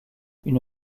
une